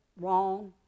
Wrong